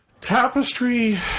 Tapestry